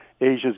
Asia's